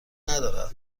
ندارد